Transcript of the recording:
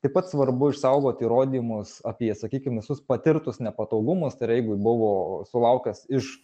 taip pat svarbu išsaugot įrodymus apie sakykim visus patirtus nepatogumus tai yra jeigu buvo sulaukęs iš